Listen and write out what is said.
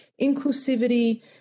inclusivity